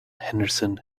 henderson